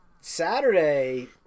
Saturday